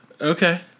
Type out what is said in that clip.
Okay